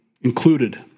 included